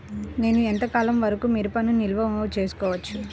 నేను ఎంత కాలం వరకు మిరపను నిల్వ చేసుకోవచ్చు?